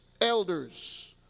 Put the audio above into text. elders